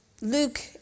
Luke